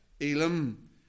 Elam